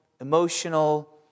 emotional